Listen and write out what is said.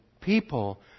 people